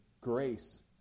grace